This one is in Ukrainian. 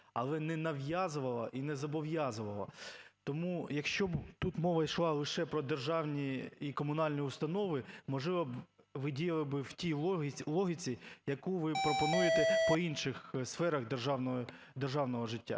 але не нав'язувала і не зобов'язувала. Тому, якщо б тут мова йшла лише про державні і комунальні установи, можливо б, ви діяли би в тій логіці, яку ви пропонуєте по інших сферах державного життя.